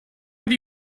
have